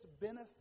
benefit